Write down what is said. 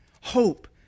hope